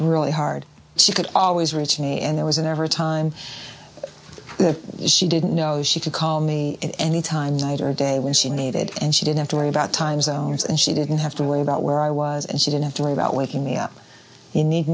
really hard she could always reach me and there was never a time that she didn't know she could call me anytime night or day when she needed and she didn't have to worry about time zones and she didn't have to worry about where i was and she didn't have to worry about with me up you need